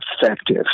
effective